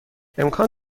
امکان